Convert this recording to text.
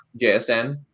JSN